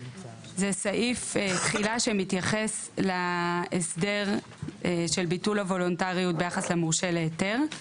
זה סעיף תחילה שמתייחס להסדר של ביטול הוולונטריות ביחס למורשה להיתר,